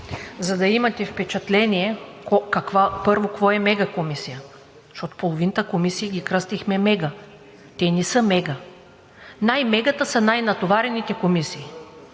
за да имате впечатление първо какво е мегакомисия? Защото половината комисии ги кръстихме – мега, а те не са мега. Най-мегата са най-натоварените комисии.